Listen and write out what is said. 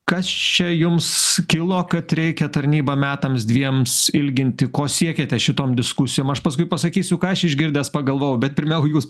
kas čia jums kilo kad reikia tarnybą metams dviems ilginti ko siekiate šitom diskusijom aš paskui pasakysiu ką aš išgirdęs pagalvojau bet pirmiau jūs